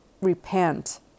Repent